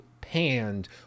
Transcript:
panned